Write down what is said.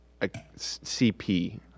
CP